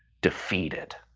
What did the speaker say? defeated.